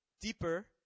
deeper